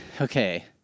Okay